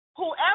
Whoever